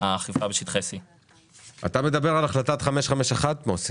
האכיפה בשטחי C. אתה מדבר על החלטה 551, מוסי?